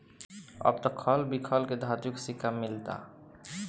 अब त खल बिखल के धातु के सिक्का मिलता